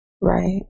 Right